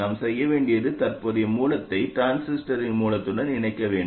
நாம் செய்ய வேண்டியது தற்போதைய மூலத்தை டிரான்சிஸ்டரின் மூலத்துடன் இணைக்க வேண்டும்